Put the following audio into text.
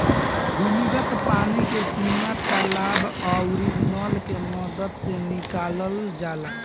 भूमिगत पानी के कुआं, तालाब आउरी नल के मदद से निकालल जाला